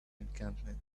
encampment